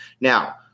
Now